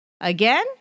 Again